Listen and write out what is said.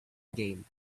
game